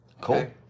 Cool